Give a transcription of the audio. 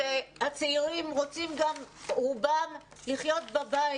הצעירים נשארים בבית,